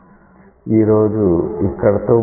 ఈ రోజు ఇక్కడితో ముగిద్దాం